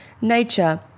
nature